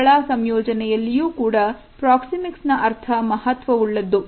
ಸ್ಥಳ ಸಂಯೋಜನೆಯಲ್ಲಿಯೂ ಕೂಡ ಪ್ರಾಕ್ಸಿಮಿಕ್ಸ್ ನ ಅರ್ಥ ಮಹತ್ವವುಳ್ಳದ್ದು